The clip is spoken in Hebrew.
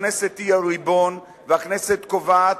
הכנסת היא הריבון והכנסת קובעת,